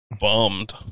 bummed